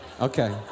Okay